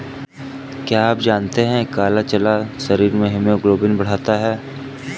क्या आप जानते है काला चना शरीर में हीमोग्लोबिन बढ़ाता है?